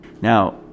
Now